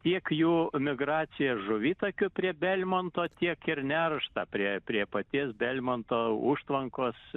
tiek jų migraciją žuvitakio prie belmonto tiek ir nerštą prie prie paties belmonto užtvankos